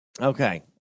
okay